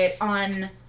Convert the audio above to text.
On